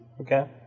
Okay